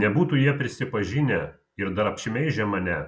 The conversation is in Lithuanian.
nebūtų jie prisipažinę ir dar apšmeižę mane